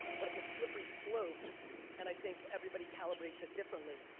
but it's a slippery slope and i think everybody calibrates it differently.